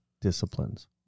disciplines